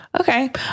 Okay